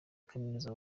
kaminuza